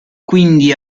quindi